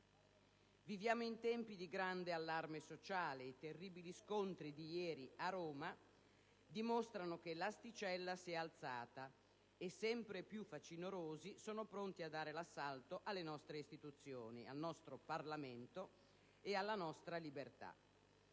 Viviamo in tempi di grande allarme sociale. I terribili scontri di ieri a Roma dimostrano che l'asticella si è alzata e sempre più facinorosi sono pronti a dare l'assalto alle nostre istituzioni, al nostro Parlamento e alla nostra libertà.